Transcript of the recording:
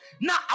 Now